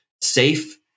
safe